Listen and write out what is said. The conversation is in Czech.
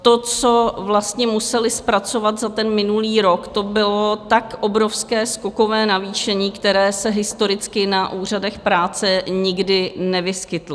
To, co museli zpracovat za minulý rok, to bylo tak obrovské skokové navýšení, které se historicky na úřadech práce nikdy nevyskytlo.